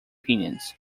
opinions